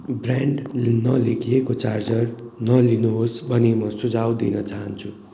brand नलेखिएको charger नलिनुहोस् भनी म सुझाउ दिन चाहन्छु